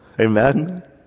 amen